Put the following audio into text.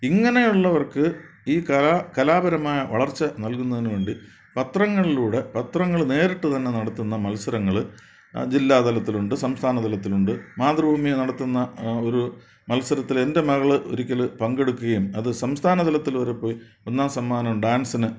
ഇങ്ങനെയുള്ളവർക്ക് ഈ കലാ കലാപരമായ വളർച്ച നൽകുന്നതിനുവേണ്ടി പത്രങ്ങളിലൂടെ പത്രങ്ങൾ നേരിട്ടു തന്നെ നടത്തുന്ന മത്സരങ്ങൾ ജില്ലാതലത്തിലുണ്ട് സംസ്ഥാനതലത്തിലുണ്ട് മാതൃഭൂമി നടത്തുന്ന ഒരു മത്സരത്തിൽ എൻ്റെ മകൾ ഒരിക്കൽ പങ്കെടുക്കുകയും അതു സംസ്ഥാനതലത്തിൽ വരെ പോയി ഒന്നാം സമ്മാനം ഡാൻസിന്